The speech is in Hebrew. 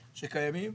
שקיימים.